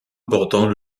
bordant